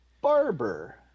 barber